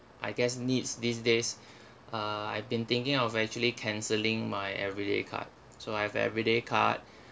I guess needs these days uh I've been thinking of actually cancelling my everyday card so I have a everyday card